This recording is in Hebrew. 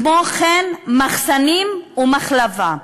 כמו כן, מחסנים ומחלבה.